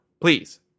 Please